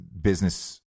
business